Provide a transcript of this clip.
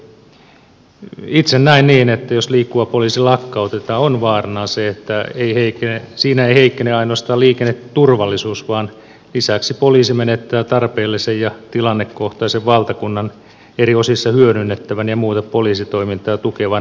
itse näen niin että jos liikkuva poliisi lakkautetaan on vaarana se että siinä ei heikkene ainoastaan liikenneturvallisuus vaan lisäksi poliisi menettää tarpeellisen ja tilannekohtaisen valtakunnan eri osissa hyödynnettävän ja muuta poliisitoimintaa tukevan reservin